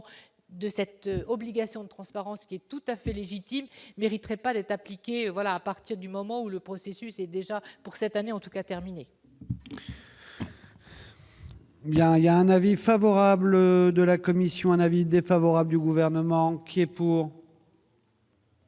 de cette obligation de transparence, ce qui est tout à fait légitime mériterait pas d'être appliquée voilà, à partir du moment où le processus est déjà pour cette année, en tout cas, terminé. Bien, il y a un avis favorable de la commission, un avis défavorable du gouvernement qui est pour.